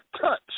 touch